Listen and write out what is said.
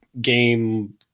game